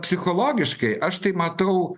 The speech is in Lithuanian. psichologiškai aš tai matau